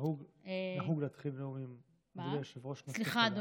נהוג להתחיל נאומים: אדוני היושב-ראש,